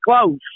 close